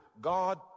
God